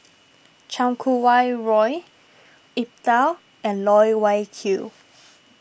Chan Kum Wah Roy Iqbal and Loh Wai Kiew